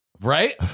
right